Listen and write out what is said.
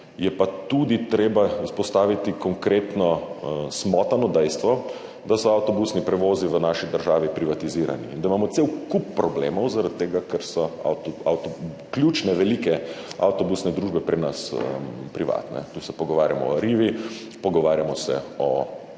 je pa tudi treba izpostaviti konkretno smotano dejstvo, da so avtobusni prevozi v naši državi privatizirani in da imamo cel kup problemov zaradi tega, ker so ključne velike avtobusne družbe pri nas privatne. Tu se pogovarjamo o Arrivi, pogovarjamo se o